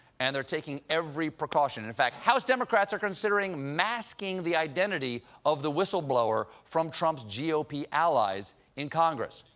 and they're taking every precaution. in fact, house democrats are considering masking the identity of the whistleblower from trump's g o p. allies in congress.